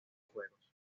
juegos